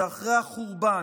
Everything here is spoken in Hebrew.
זה אחרי החורבן.